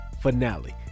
finale